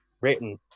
written